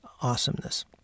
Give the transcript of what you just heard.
awesomeness